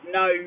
no